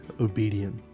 obedient